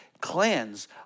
cleanse